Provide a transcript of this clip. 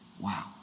Wow